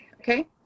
okay